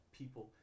people